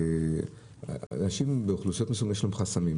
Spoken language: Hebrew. לאנשים באוכלוסיות מסוימות יש חסמים,